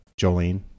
Jolene